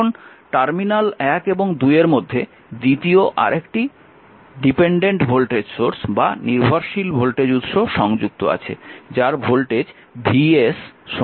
এখন টার্মিনাল 1 এবং 2 এর মধ্যে দ্বিতীয় আরেকটি নির্ভরশীল ভোল্টেজ উৎসও সংযুক্ত আছে যার ভোল্টেজ Vs 4 V